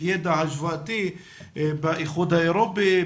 ידע השוואתי באיחוד האירופי,